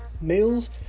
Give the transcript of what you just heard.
males